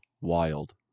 wild